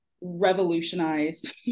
revolutionized